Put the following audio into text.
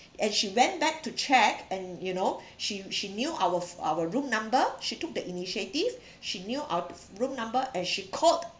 and she went back to check and you know she she knew our f~ our room number she took the initiative she knew our room number and she called